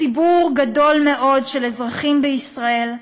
ציבור גדול מאוד של אזרחים בישראל,